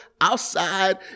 outside